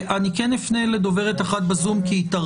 אני כן אפנה לדוברת אחת בזום, שהייתה